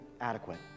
adequate